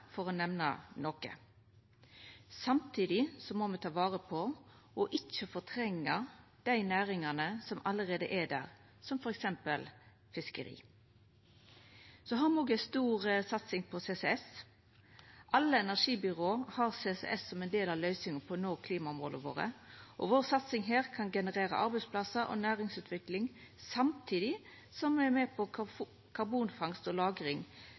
for å nemna noko. Samtidig må me ta vare på og ikkje fortrengja dei næringane som allereie er der, som f.eks. fiskeri. Me har òg ei stor satsing på CCS. Alle energibyrå har CCS som ein del av løysinga for å nå klimamåla våre. Vår satsing her kan generera arbeidsplassar og næringsutvikling samtidig som me er med på karbonfangst og